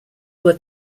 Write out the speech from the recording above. were